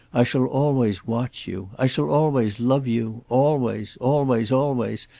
i shall always watch you. i shall always love you always always always.